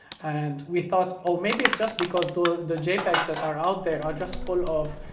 and we thought, oh maybe it's just because the the jpegs that are out there are just full of